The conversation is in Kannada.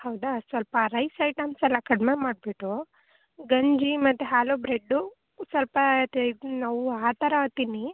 ಹೌದಾ ಸ್ವಲ್ಪ ರೈಸ್ ಐಟಮ್ಸ್ ಎಲ್ಲ ಕಡಿಮೆ ಮಾಡಿಬಿಟ್ಟು ಗಂಜಿ ಮತ್ತು ಹಾಲು ಬ್ರೆಡ್ಡು ಸ್ವಲ್ಪ ಆ ಥರ ತಿನ್ನಿ